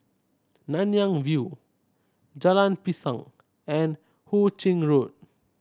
Nanyang View Jalan Pisang and Hu Ching Road